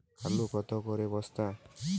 আলু কত করে বস্তা?